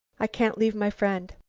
i can't leave my friend.